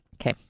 Okay